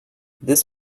this